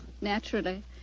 Naturally